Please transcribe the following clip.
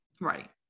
Right